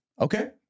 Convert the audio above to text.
Okay